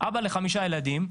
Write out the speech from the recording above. אבא לחמישה ילדים,